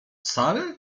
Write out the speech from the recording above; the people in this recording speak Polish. sary